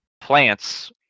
plants